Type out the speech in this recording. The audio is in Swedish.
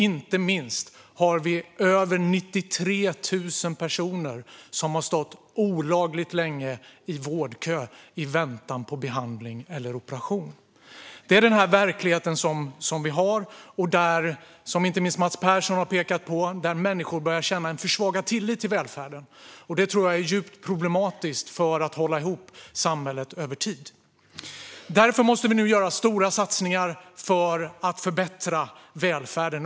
Inte minst har vi över 93 000 personer som har stått olagligt länge i vårdkö i väntan på behandling eller operation. Det är den verklighet vi har. Som inte minst Mats Persson pekar på börjar människor känna försvagad tillit till välfärden. Det tror jag är djupt problematiskt för att hålla ihop samhället över tid. Därför måste vi nu göra stora satsningar för att förbättra välfärden.